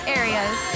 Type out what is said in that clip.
areas